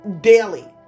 daily